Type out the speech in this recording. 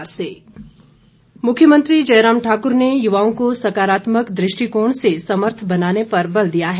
जयराम मुख्यमंत्री जयराम ठाकुर ने युवाओं को सकारात्मक दृष्टिकोण से समर्थ बनाने पर बल दिया है